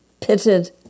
pitted